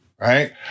Right